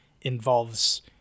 involves